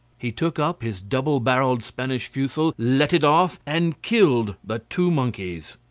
he took up his double-barrelled spanish fusil, let it off, and killed the two monkeys.